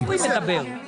טלי, אני לא שומע את עצמי.